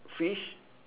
fish